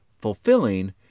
fulfilling